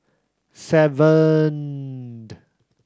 seven the